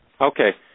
Okay